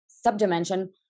sub-dimension